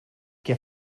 què